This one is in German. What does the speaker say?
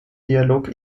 dialog